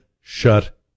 shut